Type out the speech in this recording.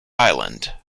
island